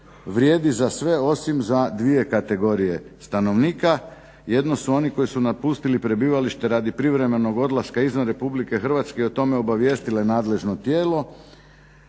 vrijedi za sve osim za dvije kategorije stanovnika. Jedno su oni koji su napustili prebivalište radi privremenog odlaska izvan RH i o tome obavijestile nadležno tijelo